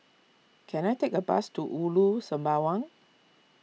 can I take a bus to Ulu Sembawang